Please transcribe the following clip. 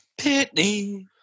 Pitney